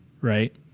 right